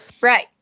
Right